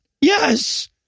Yes